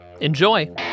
Enjoy